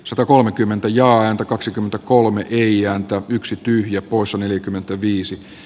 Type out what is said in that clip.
satakolmekymmentä joa ääntä kaksikymmentä kolme gionta yksi tyhjä poissa neljäkymmentäviisi